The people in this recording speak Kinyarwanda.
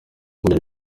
byari